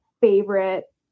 favorite